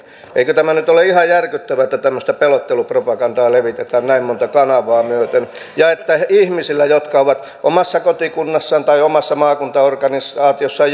eikö tämä nyt ole ihan järkyttävää että tämmöistä pelottelupropagandaa levitetään näin montaa kanavaa myöten ja että ihmisillä jotka ovat omassa kotikunnassaan tai omassa maakuntaorganisaatiossaan